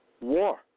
war